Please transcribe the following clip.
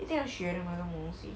一定要学的吗这种东西